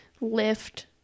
lift